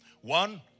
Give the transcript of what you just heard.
One